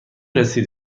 رسید